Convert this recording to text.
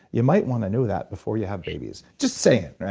you might want to know that before you have babies just saying